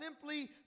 simply